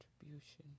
contribution